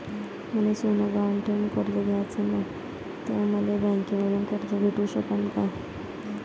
मले सोनं गहान ठेवून कर्ज घ्याचं नाय, त मले बँकेमधून कर्ज भेटू शकन का?